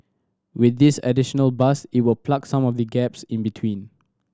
with this additional bus it will plug some of the gaps in between